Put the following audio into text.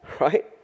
right